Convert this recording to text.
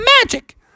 magic